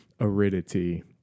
aridity